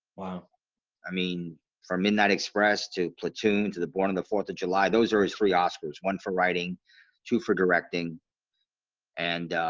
wow i mean from midnight express to platoon to the born on the fourth of july those are his three oscars one for writing two for directing and